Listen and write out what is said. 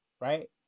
right